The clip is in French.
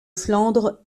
flandre